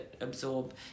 absorb